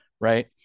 right